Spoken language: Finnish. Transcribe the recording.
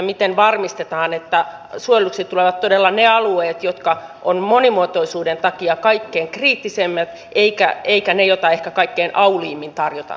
miten varmistetaan että suojelluksi tulevat todella ne alueet jotka ovat monimuotoisuuden takia kaikkein kriittisimmät eivätkä ne joita ehkä kaikkein auliimmin tarjotaan suojeluun